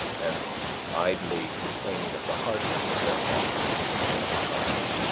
and idly complaining of the hardness of their lot or of the times,